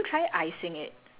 oh okay